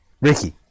Ricky